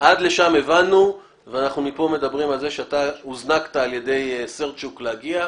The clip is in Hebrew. עד לשם הבנו ואנחנו מפה מדברים על זה שאתה הוזנקת על ידי סרצ'וק להגיע,